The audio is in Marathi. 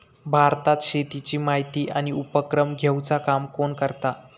भारतात शेतीची माहिती आणि उपक्रम घेवचा काम कोण करता?